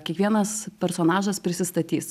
kiekvienas personažas prisistatys